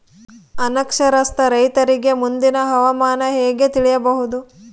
ಅನಕ್ಷರಸ್ಥ ರೈತರಿಗೆ ಮುಂದಿನ ಹವಾಮಾನ ಹೆಂಗೆ ತಿಳಿಯಬಹುದು?